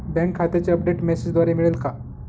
Bank खात्याचे update मेसेजद्वारे मिळेल का?